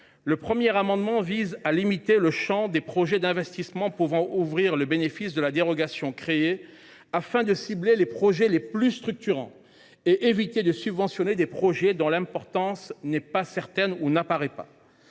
Le premier amendement vise à limiter le champ des projets d’investissement pouvant ouvrir le bénéfice de la dérogation créée par la proposition de loi, afin de cibler les projets les plus structurants et d’éviter de subventionner des projets dont l’importance n’est pas certaine. Le but de